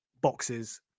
boxes